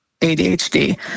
ADHD